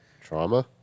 Trauma